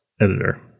editor